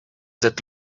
that